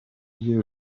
iyo